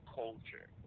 culture